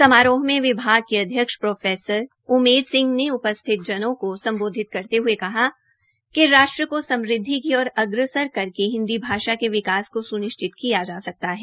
समारोह में विभाग के अध्यक्ष प्रो उमेद सिंह ने उपस्थित जनों को सम्बोधित करते हये कहा कि राष्ट्र की समृद्धि की ओर अग्रसर करके हिन्दी भाषा के विकास को स्निश्चित किया जा सकता है